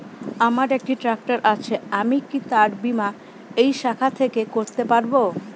আমার একটি ট্র্যাক্টর আছে আমি কি তার বীমা এই শাখা থেকে করতে পারব?